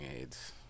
aids